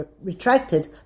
retracted